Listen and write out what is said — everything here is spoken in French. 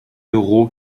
euro